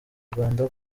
rwanda